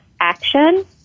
action